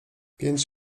pięć